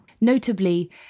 notably